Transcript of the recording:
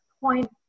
point